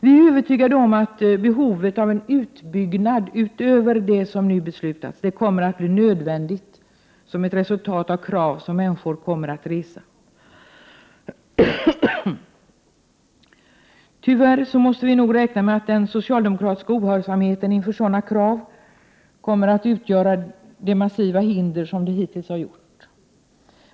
Vi är övertygade om att en utbyggnad utöver det som nu har beslutats kommer att bli nödvändig, som ett resultat av de krav som människor kommer att resa. Tyvärr måste vi nog räkna med att den socialdemokratiska ohörsamheten inför sådana krav kommer att utgöra samma massiva hinder som det hittills har gjort.